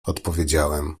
odpowiedziałem